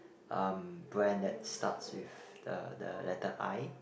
um brand that starts with the the letter I